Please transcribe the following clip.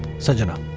sanjana,